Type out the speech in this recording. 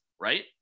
Right